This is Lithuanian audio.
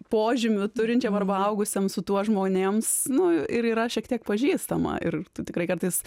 požymių turinčiam arba augusiam su tuo žmonėms nu ir yra šiek tiek pažįstama ir tu tikrai kartais